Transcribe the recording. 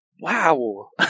Wow